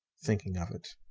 thinking of it.